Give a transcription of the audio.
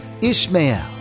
Ishmael